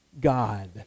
God